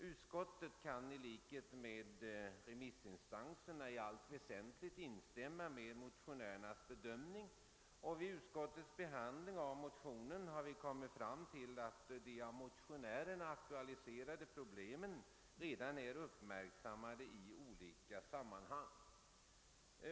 Utskottet kan, i likhet med remissinstanserna, i allt väsentligt instämma i motionärernas bedömning, men vid utskottets behandling av motionerna har vi kommit fram till att de där aktualiserade problemen redan är uppmärksammade i olika sammanhang.